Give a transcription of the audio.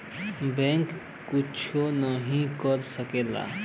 bank कुच्छो नाही कर सकेला